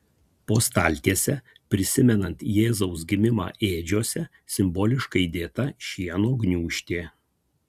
po staltiese prisimenant jėzaus gimimą ėdžiose simboliškai dėta šieno gniūžtė